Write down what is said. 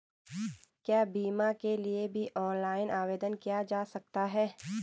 क्या बीमा के लिए भी ऑनलाइन आवेदन किया जा सकता है?